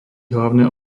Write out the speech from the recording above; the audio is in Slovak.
hlavné